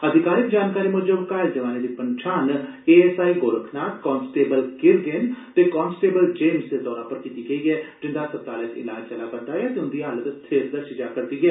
अधिकारिक जानकारी मुजब घायल जवानें दी पंछान एएसआई गोरखनाथ कांस्टेबल किरगेन ते कांस्टेबल जेम्ज़ दे तौरा पर कीती गेई ऐ जिंदा अस्पताले च इलाज चलै करदा ऐ ते उंदी हालत स्थिर दस्सी जा'रदी ऐ